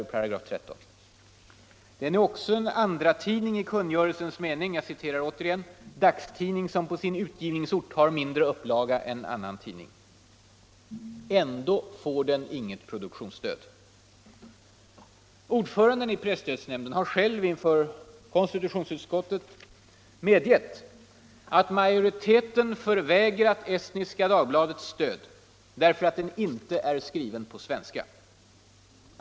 Estniska Dagbladet är också en andratidning i kungörelsens mening: ”dagstidning som på sin utgivningsort har mindre upplaga än annan tidning”. Ändå får den inget produktionsstöd. Ordföranden i presstödsnämnden har själv inför konstitutionsutskottet medgett att majoriteten förvägrat Estniska Dagbladet stöd därför att den inte är skriven på svenska.